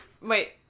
wait